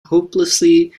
hopelessly